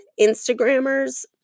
Instagrammers